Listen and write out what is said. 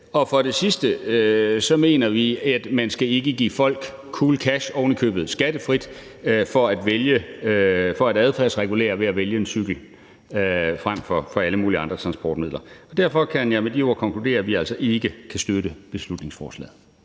For det sidste mener vi ikke, at man skal give folk cool cash, ovenikøbet skattefrit, for at adfærdsregulere folk til at vælge en cykel frem for alle mulige andre transportmidler. Med de ord kan jeg konkludere, at vi altså ikke kan støtte beslutningsforslaget.